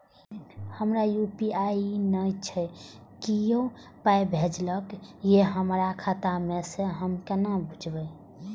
हमरा यू.पी.आई नय छै कियो पाय भेजलक यै हमरा खाता मे से हम केना बुझबै?